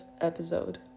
episode